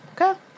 Okay